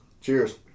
Cheers